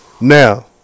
now